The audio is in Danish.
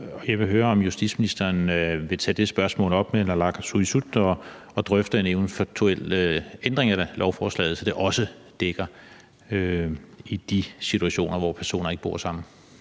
Jeg vil høre, om justitsministeren vil tage det spørgsmål op med naalakkersuisut og drøfte en eventuel ændring af lovforslaget, så det også dækker i de situationer, hvor personer ikke bor sammen.